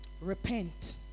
repent